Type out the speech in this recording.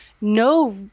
no